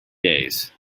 days